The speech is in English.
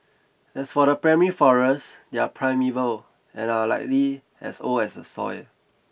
as for the primary forest they're primeval and are likely as old as the soil